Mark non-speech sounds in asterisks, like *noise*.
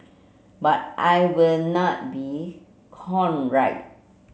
but I will not be *unintelligible*